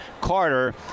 Carter